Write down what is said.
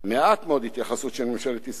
מעט מאוד התייחסות של ממשלת ישראל,